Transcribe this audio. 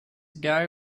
ago